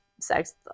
sex